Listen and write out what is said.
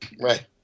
Right